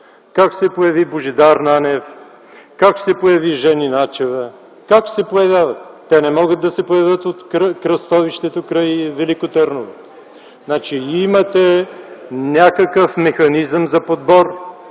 как се появи Божидар Нанев, как се появи Жени Начева? Как се появяват? Те не могат да се появят от кръстовището край Велико Търново. Значи имате някакъв механизъм за подбор